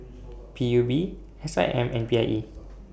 P U B S I M and P I E